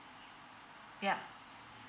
yeah